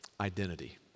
identity